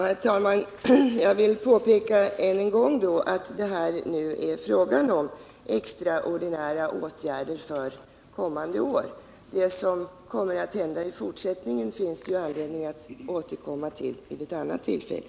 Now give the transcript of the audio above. Herr talman! Jag vill än en gång påpeka att det nu är fråga om extraordinära åtgärder för kommande år. Vad som kommer att hända i fortsättningen finns ju anledning att återkomma till vid ett annat tillfälle.